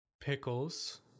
pickles